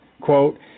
Quote